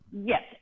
Yes